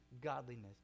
godliness